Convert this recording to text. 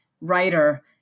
writer